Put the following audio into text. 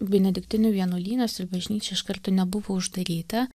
benediktinių vienuolynas ir bažnyčia iš karto nebuvo uždaryta